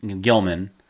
Gilman